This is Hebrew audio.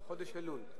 בחודש אלול.